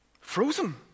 frozen